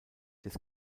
des